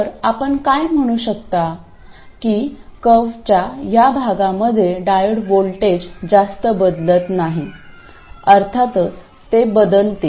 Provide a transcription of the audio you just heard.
तर आपण काय म्हणू शकता की कर्वच्या या भागामध्ये डायोड व्होल्टेज जास्त बदलत नाही अर्थातच ते बदलते